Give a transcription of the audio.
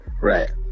right